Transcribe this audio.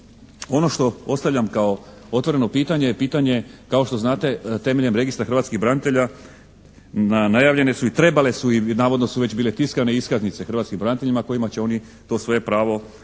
Ono što ostavljam kao otvoreno pitanje je pitanje kao što znate temeljem registra hrvatskih branitelja najavljene su i trebale su, navodno su već bile tiskane iskaznice hrvatskim braniteljima kojima će oni to svoje pravo,